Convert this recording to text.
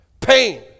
Pain